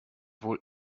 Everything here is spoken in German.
wohl